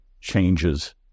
changes